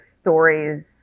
stories